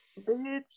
bitch